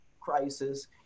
crisis